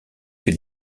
que